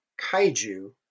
kaiju